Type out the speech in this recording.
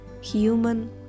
human